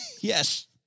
Yes